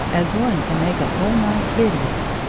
as one can make a whole night hideous,